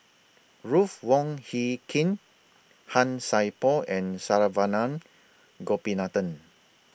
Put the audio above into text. Ruth Wong Hie King Han Sai Por and Saravanan Gopinathan